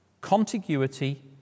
Contiguity